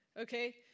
Okay